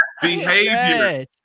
Behavior